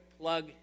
plug